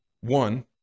one